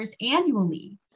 annually